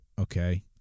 Okay